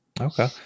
Okay